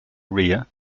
rea